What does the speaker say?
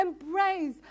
embrace